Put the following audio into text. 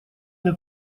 мне